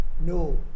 No